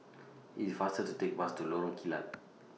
It's faster to Take The Bus to Lorong Kilat